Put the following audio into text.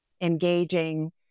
engaging